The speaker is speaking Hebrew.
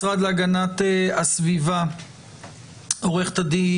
מהמשרד להגנת הסביבה עורכת הדין